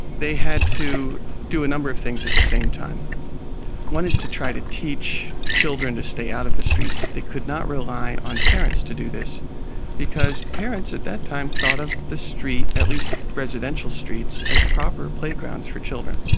they had to do a number of things at the same time one is to try to teach children to stay out of the streets. they could not rely on parents to do this because parents at that time thought of the street, at least residential streets, as proper playgrounds for children.